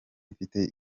mfite